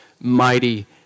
mighty